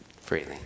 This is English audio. freely